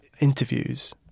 interviews